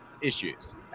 Issues